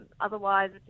otherwise